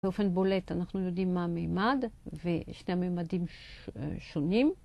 באופן בולט אנחנו יודעים מה מימד ושני המימדים שונים.